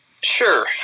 Sure